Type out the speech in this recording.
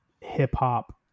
hip-hop